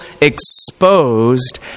exposed